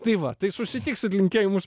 tai va tai susitiksit linkėjimus